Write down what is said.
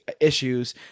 issues